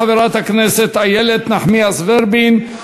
תעלה חברת הכנסת איילת נחמיאס ורבין,